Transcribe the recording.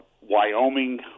Wyoming